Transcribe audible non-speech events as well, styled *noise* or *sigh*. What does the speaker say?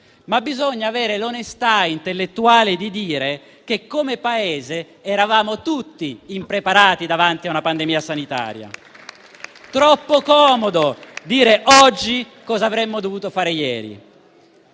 Ma bisogna avere l'onestà intellettuale di dire che, come Paese, eravamo tutti impreparati davanti a una pandemia sanitaria. *applause* Troppo comodo dire oggi cosa avremmo dovuto fare ieri.